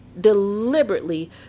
deliberately